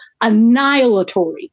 annihilatory